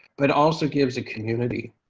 but also gives a community